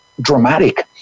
dramatic